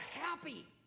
happy